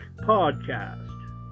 podcast